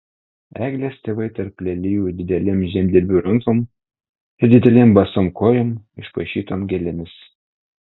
eglės tėvai tarp lelijų didelėm žemdirbių rankom ir didelėm basom kojom išpaišytom gėlėmis